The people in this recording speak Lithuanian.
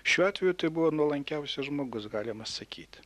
šiuo atveju tai buvo nuolankiausias žmogus galima sakyt